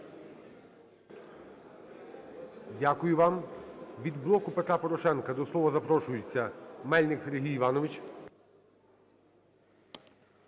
Дякую вам. Від "Блоку Петра Порошенка" до слова запрошується Мельник Сергій Іванович.